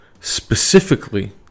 specifically